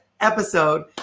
episode